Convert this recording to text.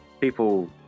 People